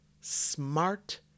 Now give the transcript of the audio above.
smart